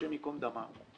השם ייקום דמה,